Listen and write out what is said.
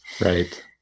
Right